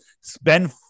spend